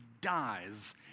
dies